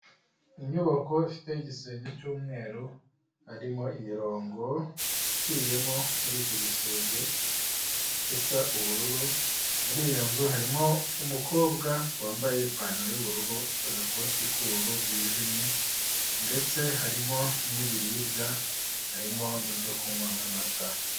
Inyubako ifite igisenge cy'umweru harimo imirongo iciyemo muri icyo gisenge isa ubururu, muri iyi nzu harimo umukobwa wambaye ipantaro y'ubururu, agakoti k'ubururu bwijimye ndetse harimo n'ibiribwa harimo n'ibyo kunywa n'amata.